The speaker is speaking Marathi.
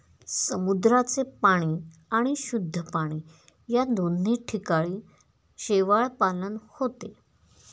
समुद्राचे पाणी आणि शुद्ध पाणी या दोन्ही ठिकाणी शेवाळपालन होते